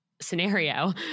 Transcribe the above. scenario